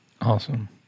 Awesome